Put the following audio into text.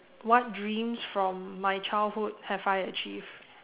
what dreams from my childhood have I achieved